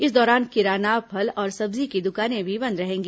इस दौरान किराना फल और सब्जी की दुकानें भी बंद रहेंगी